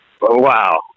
Wow